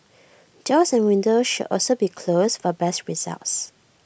doors and windows should also be closed for best results